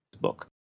book